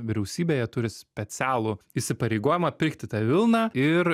vyriausybėje turi specialų įsipareigojimą pirkti tą vilną ir